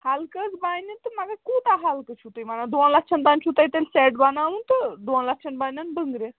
ہلکہٕ حظ بَنہِ تہٕ مگر کوٗتاہ ہلکہٕ چھُو تُہۍ وَنان دۄن لَچھَن تام چھُو تۄہہِ تیٚلہِ سٮ۪ٹ بناوُن تہٕ دۄن لَچھَن بَنَن بٔنٛگرِ